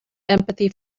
empathy